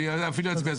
אני אפילו אצביע.